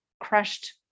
crushed